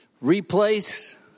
Replace